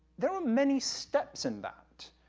there are many steps in that,